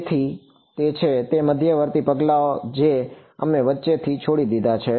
તેથી તે મધ્યવર્તી પગલાંઓ જે અમે વચ્ચે છોડી દીધા છે